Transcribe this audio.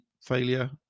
failure